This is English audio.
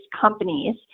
companies